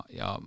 ja